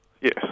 Yes